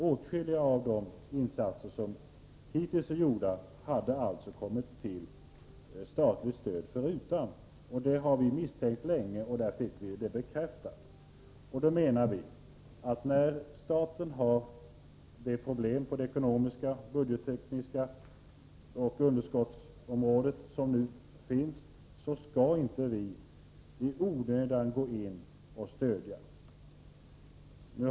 Åtskilliga av de insatser som hittills är gjorda hade alltså kommit till statligt stöd förutan. Det har vi misstänkt länge, och där fick vi det bekräftat. Vi menar att när staten har problem med ekonomi och budgetunderskott, så skall vi inte i onödan gå in och stödja.